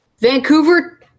Vancouver